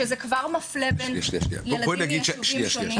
שזה כבר מפלה בין --- שניה שניה.